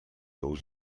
aux